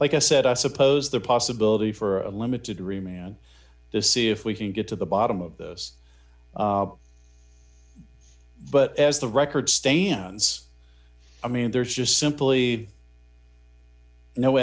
like i said i suppose the possibility for a limited re man to see if we can get to the bottom of this but as the record stands i mean there's just simply no